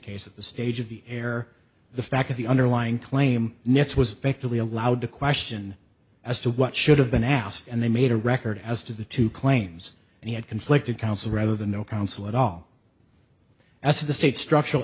case at this stage of the air the fact of the underlying claim nets was to be allowed to question as to what should have been asked and then made a record as to the two claims and he had conflicted counsel rather than no counsel at all as to the state structural